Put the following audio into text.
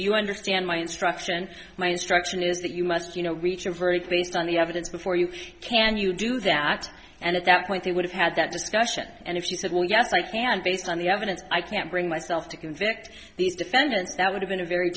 you understand my instruction my instruction is that you must you know reach a very least on the evidence before you can you do that and at that point they would have had that discussion and if you said well yes i can based on the evidence i can't bring myself to convict these defendants that would have been a very